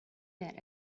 that